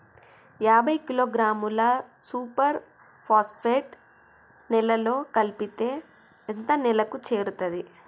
యాభై కిలోగ్రాముల super phosphate నేలలో కలిపితే ఎంత నేలకు చేరుతది?